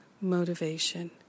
motivation